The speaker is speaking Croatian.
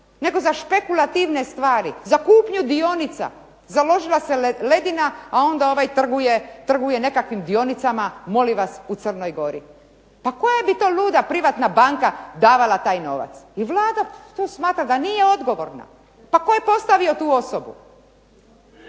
nego za špekulativne stvari, za kupnju dionica. Založila se ledina, a onda ovaj trguje nekakvim dionicama u Crnoj Gori. Pa koja bi to luda privatna banka davala taj novac? I Vlada to smatra da nije odgovorna. Pa tko je postavio tu osobu?